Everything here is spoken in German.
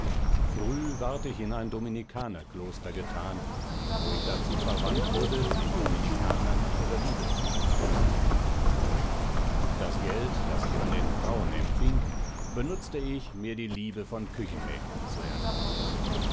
früh ward ich in ein dominikanerkloster getan wo ich dazu verwandt wurde den dominikanern ihre liebesbriefe auszutragen das geld das ich von den frauen empfing benutzte ich mir die liebe von küchenmägden zu erkaufen